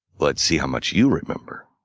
let's see how much you remember.